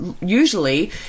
usually